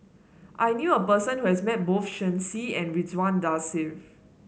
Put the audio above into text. I knew a person who has met both Shen Xi and Ridzwan Dzafir